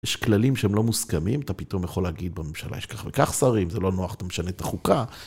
יש כללים שהם לא מוסכמים, אתה פתאום יכול להגיד בממשלה יש כך וכך שרים, זה לא נוח, אתה משנה את החוקה.